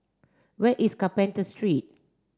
where is Carpenter Street